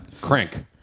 Crank